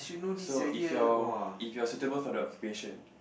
so if you're if you're suitable for the occupation